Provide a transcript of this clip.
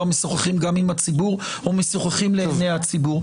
משוחחים גם עם הציבור או משוחחים לעיני הציבור,